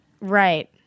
Right